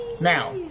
Now